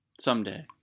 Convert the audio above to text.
Someday